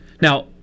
Now